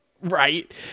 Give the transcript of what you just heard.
Right